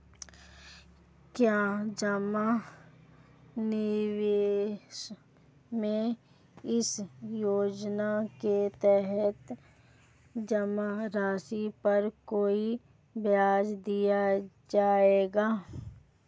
क्या जमा निवेश में इस योजना के तहत जमा राशि पर कोई ब्याज दिया जाएगा?